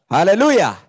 Hallelujah